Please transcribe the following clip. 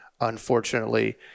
unfortunately